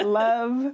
love